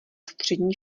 střední